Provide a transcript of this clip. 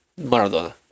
Maradona